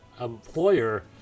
employer